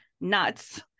nuts